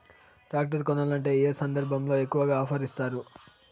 Tractor కొనాలంటే ఏ సందర్భంలో ఎక్కువగా ఆఫర్ ఇస్తారు?